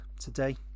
today